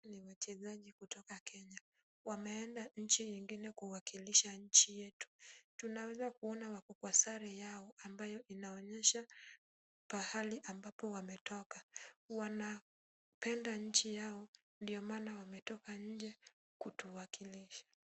Ni wachezaji kutoka kenya. Wameenda nchi nyingine kuwakilisha nchi yetu. Tunaeza kuona wako kwenye sare yao ambayo inaonyesha pahali ambapo wametoka. Wanapenda nchi yao, ndio maana wametoka kutuwakilisha.